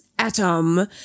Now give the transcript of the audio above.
Atom